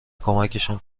کمکشان